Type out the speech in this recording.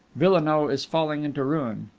villenoix is falling into ruin.